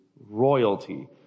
royalty